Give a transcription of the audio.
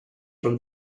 from